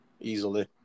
easily